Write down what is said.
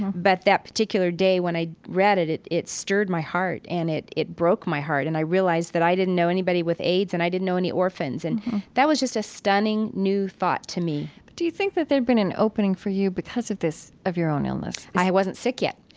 but that particular day, when i'd read it, it it stirred my heart and it it broke my heart. and i realized that i didn't know anybody with aids and i didn't know any orphans. and that was just a stunning, new thought to me do you think that there had been an opening for you because of this of your own illness? i wasn't sick yet.